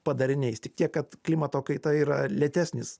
padariniais tik tiek kad klimato kaita yra lėtesnis